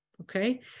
Okay